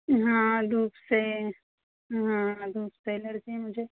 हाँ धूप से है हाँ धूप से एलर्जी है मुझे